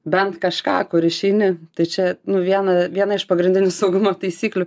bent kažką kur išeini tai čia nu viena viena iš pagrindinių saugumo taisyklių